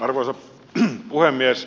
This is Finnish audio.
arvoisa puhemies